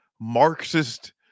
Marxist